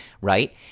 right